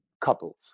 couples